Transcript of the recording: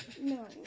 No